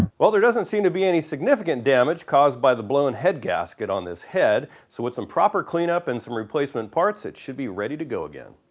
well there doesn't seem to be any significant damage caused by the blown head gasket on this head so with some proper cleanup and some replacement parts it should be ready to go again